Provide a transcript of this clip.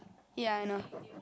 ya I know